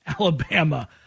Alabama